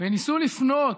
וניסו לפנות,